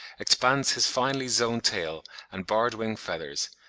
expands his finely-zoned tail and barred wing-feathers,